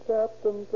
Captain